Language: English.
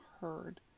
heard